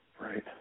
Right